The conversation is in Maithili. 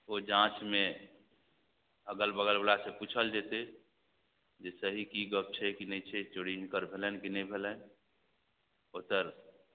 ओ जाँचमे अगल बगल ओकरासे पूछल जएतै जे सही कि गप छै कि नहि छै चोरी हिनकर भेलनि कि नहि भेलनि ओतए